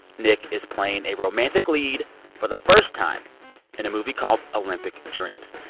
nick is playing a romantic lead for the first time in a movie called olympic dreams.